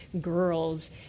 girls